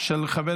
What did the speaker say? של חבר